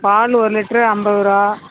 பாலு ஒரு லிட்ரு அம்பதுரூவா